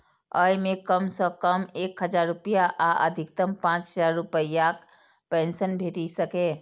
अय मे कम सं कम एक हजार रुपैया आ अधिकतम पांच हजार रुपैयाक पेंशन भेटि सकैए